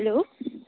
hello